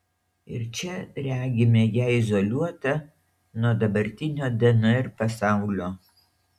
ir čia regime ją izoliuotą nuo dabartinio dnr pasaulio